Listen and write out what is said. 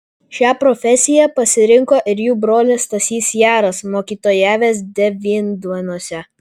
šią profesiją pasirinko ir jų brolis stasys jaras mokytojavęs devynduoniuose